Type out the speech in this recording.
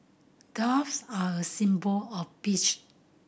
doves are a symbol of peace